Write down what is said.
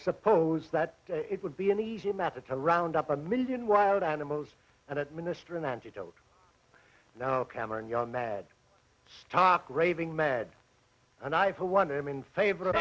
suppose that it would be an easy method to round up a million wild animals and administer an antidote now cameron young mad stock raving mad and i for one am in favor of